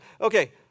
okay